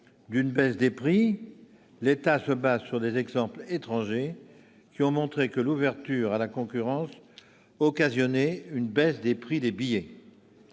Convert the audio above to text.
la baisse des prix. L'État se fonde sur des exemples étrangers qui ont montré que l'ouverture à la concurrence occasionnait une baisse des prix des billets.